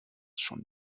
schon